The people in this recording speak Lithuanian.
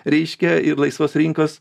reiškia ir laisvos rinkos